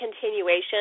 continuation